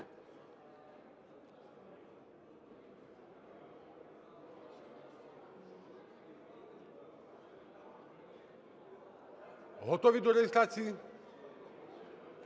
Готові до реєстрації?